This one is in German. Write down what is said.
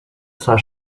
zur